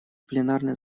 пленарное